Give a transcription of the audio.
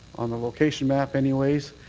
on the location map, anyways,